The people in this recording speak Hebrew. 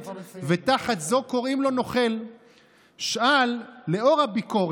אם כך, חברים, אני קובע: בעד, 56, נגד, 44,